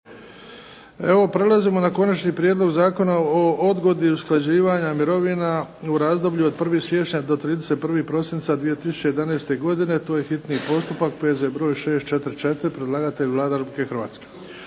Prelazimo na Konačni prijedlog zakona o odgodi usklađivanja mirovina u razdoblju od 1. siječnja do 31. prosinca 2011. godine, bio je hitni postupak, P.Z. br. 644, predlagatelj Vlada Republike Hrvatske,